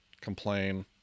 complain